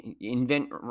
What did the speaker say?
invent